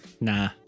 Nah